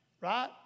right